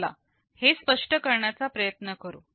चला हे स्पष्ट करण्याचा प्रयत्न करू